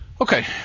Okay